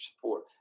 support